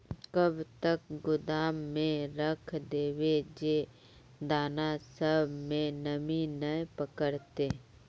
कब तक गोदाम में रख देबे जे दाना सब में नमी नय पकड़ते?